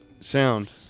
Sound